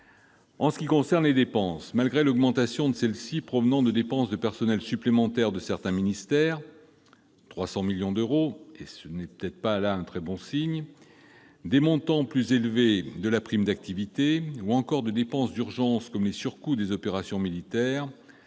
En ce qui concerne les dépenses, malgré l'augmentation de celles-ci provenant de dépenses de personnel supplémentaires de certains ministères- 300 millions d'euros, ce qui n'est peut-être pas un très bon signe -, des montants plus élevés de la prime d'activité ou encore de dépenses d'urgence comme les surcoûts des opérations militaires,